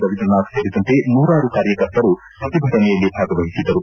ರವೀಂದ್ರನಾಥ್ ಸೇರಿದಂತೆ ನೂರಾರು ಕಾರ್ಯಕರ್ತರು ಪ್ರತಿಭಟನೆಯಲ್ಲಿ ಭಾಗವಹಿಸಿದ್ದರು